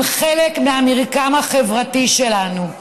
הם חלק מהמרקם החברתי שלנו.